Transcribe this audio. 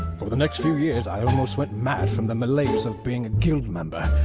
for the next few years, i almost went mad from the malaise of being a guild member,